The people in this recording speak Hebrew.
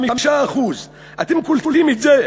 5%. אתם קולטים את זה?